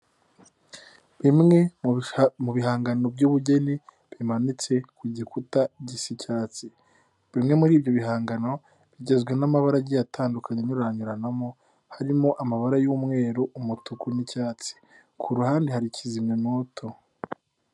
Bimwe mu bihangano by'ubugeni, bimanitse ku gikuta gisi icyatsi. Bimwe muri ibyo bihangano, bigizwe n'amabaragiye atandukanye anyuranyuranamo, harimo amabara y'umweru umutuku n'icyatsi. Ku ruhande hari ikizimyamwoto.